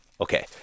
okay